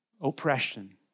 oppression